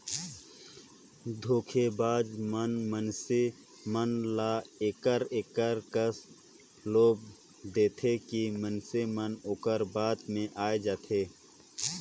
धोखेबाज मन मइनसे मन ल एकर एकर कस लोभ देथे कि मइनसे मन ओकर बात में आए जाथें